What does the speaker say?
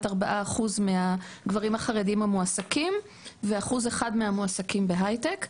4% מהגברים החרדים המועסקים ו-1% מהמועסקים בהייטק.